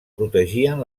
protegien